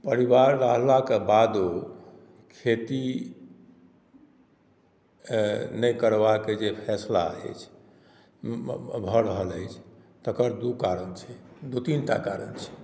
परिवार रहलाके बादो खेती नहि कर बाके जे फैसला अछि भऽ रहल अछि तकर दू कारण छै दू तीन टा कारण छै